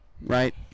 Right